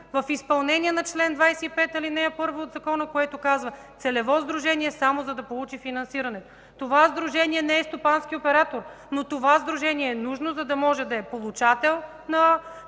в изпълнение на чл. 25, ал. 1 от Закона, който казва: „Целево сдружение, само за да получи финансиране”. Това сдружение не е стопански оператор, но то е нужно, за да може да е получател на